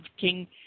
King